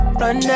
run